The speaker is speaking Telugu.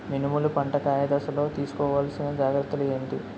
మినుములు పంట కాయ దశలో తిస్కోవాలసిన జాగ్రత్తలు ఏంటి?